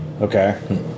Okay